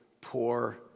poor